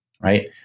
right